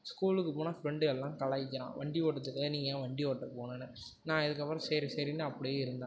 ஸ்கூலுக்கு போனால் ஃபிரெண்டு எல்லாம் கலாய்க்கிறான் வண்டி ஓட்ட தெரியலயா நீ ஏன் வண்டி ஓட்ட போனேன்னு நான் அதுக்கப்புறம் சரி சரினு அப்படியே இருந்தேன்